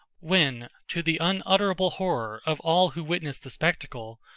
when, to the unutterable horror of all who witnessed the spectacle,